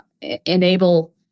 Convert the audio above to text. enable